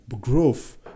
growth